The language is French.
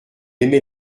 aimait